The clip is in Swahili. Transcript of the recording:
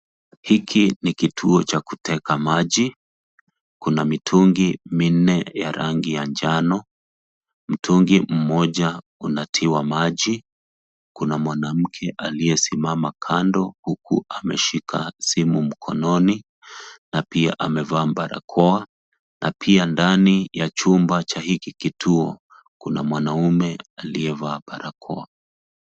Hiki ni kituo cha kuteka maji .Kuna mitungi minne ya rangi ya njano, mtungi moja unatiwa maji, kuna mwanamke aliyesimama kando uku ameshika simu mkononi na pia amefaa barakoa na pia ndani ya chumba cha hiki kituo Kuna mwanaume aliyeva barakoa.